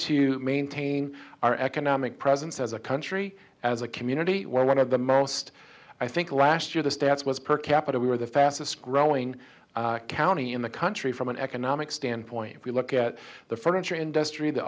to maintain our economic presence as a country as a community where one of the most i think last year the stats was per capita we were the fastest growing county in the country from an economic standpoint if you look at the furniture industry the